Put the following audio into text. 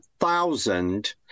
Thousand